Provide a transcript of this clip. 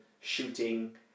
shooting